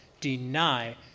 deny